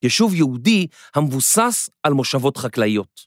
יישוב יהודי המבוסס על מושבות חקלאיות.